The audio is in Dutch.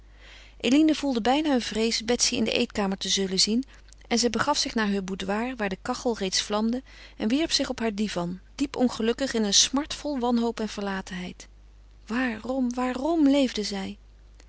eline gevoelde bijna een vrees betsy in de eetkamer te zullen zien en zij begaf zich naar heur boudoir waar de kachel reeds vlamde en wierp zich op haar divan diep ongelukkig in een smart vol wanhoop en verlatenheid waarom waarom leefde zij